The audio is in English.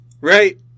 right